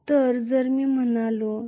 तर जर मी म्हणालो तर